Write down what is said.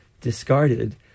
discarded